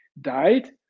died